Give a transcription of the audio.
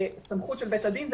שסמכות של בית הדין,